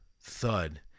thud